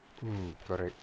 mm correct